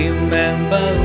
Remember